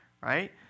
right